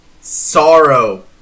sorrow